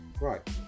Right